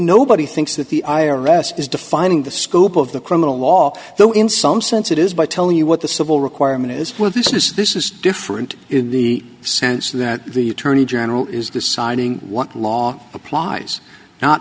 nobody thinks that the i r s is defining the scope of the criminal law though in some sense it is by telling you what the civil requirement is what this is this is different in the sense that the attorney general is deciding what law applies not